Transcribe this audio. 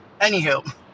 Anywho